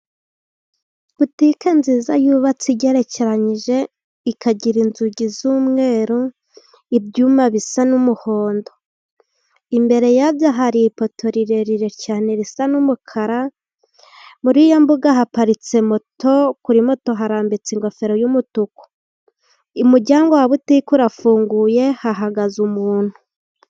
Butike nziza yubatse igerekeranye, ikagira inzugi z'umweru, ibyuma bisa n'umuhondo. Imbere yayo hari ipoto rirerire cyane risa n'umukara, muri iyo mbuga haparitse moto, kuri moto harambitse ingofero y'umutuku. Umuryango wa butike urafunguye hahagaze umuntu.